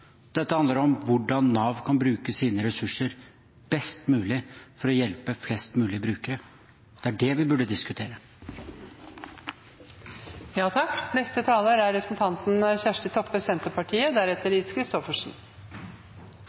dette handler om hvordan Nav kan bruke sine ressurser best mulig for å hjelpe flest mulig brukere. Det er det vi burde diskutere. Arbeid og velferd er